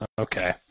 Okay